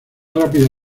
rápida